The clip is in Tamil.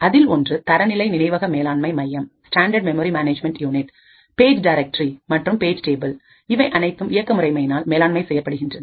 அதில் ஒன்று தரநிலை நினைவக மேலாண்மை மையம் பேஜ் டைரக்டரி மற்றும் பேஜ் டேபிள் இவை அனைத்தும் இயக்க முறைமையினால் மேலாண்மை செய்யப்படுகின்றது